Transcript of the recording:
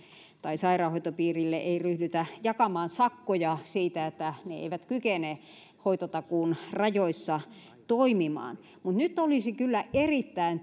sairaanhoitopiireille ei ryhdytä jakamaan sakkoja siitä että ne eivät kykene hoitotakuun rajoissa toimimaan mutta nyt olisi kyllä myös erittäin